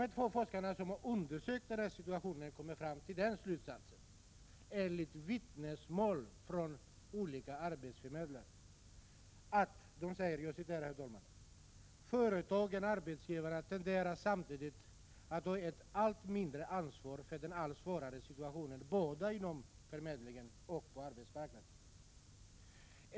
De två forskarna som har undersökt situationen har utifrån vittnesmål från olika arbetsförmedlare kommit fram till följande slutsats: ”Företagen/arbetsgivarna tenderar samtidigt att ta ett allt mindre ansvar för den allt svårare situationen både inom förmedlingen och på arbetsmarknaden.